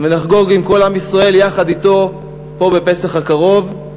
ונחגוג עם כל עם ישראל, יחד אתו פה, בפסח הקרוב.